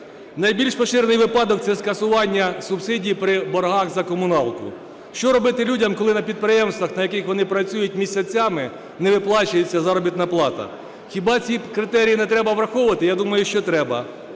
Найбільш поширений випадок – це скасування субсидій при боргах за комуналку. Що робити людям, коли на підприємствах, на яких вони працюють, місяцями не виплачується заробітна плата? Хіба ці критерії не треба враховувати? Я думаю, що треба,